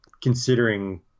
considering